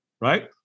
right